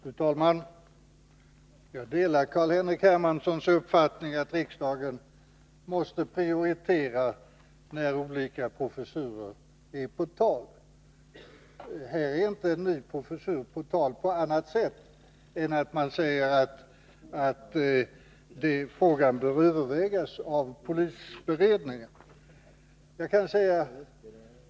Fru talman! Jag delar Carl-Henrik Hermanssons uppfattning att riksdagen måste prioritera när olika professurer är på tal. Här är inte en ny professur på tal på annat sätt än att man säger att frågan bör övervägas av polisberedningen.